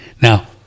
Now